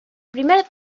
primer